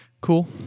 cool